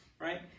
right